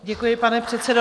Děkuji, pane předsedo.